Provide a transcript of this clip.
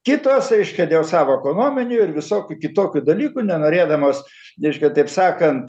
kitos reiškia dėl savo ekonominių ir visokių kitokių dalykų nenorėdamos taip sakant